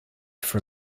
for